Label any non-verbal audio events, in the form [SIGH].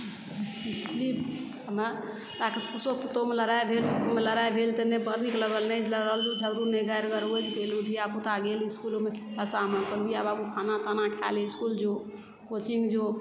[UNINTELLIGIBLE] हमे सौसो पुतहुमे लड़ाइ भेल तऽ नहि बड़ नीक लगल नहि लड़ू झगड़ू नहि गारि गरोज कयलहुँ धियापुता गेल इसकुलमे आओर शाममे अपन माय बाबुके खाना ताना खा लै इसकुल जाउ कोचिंग जाउ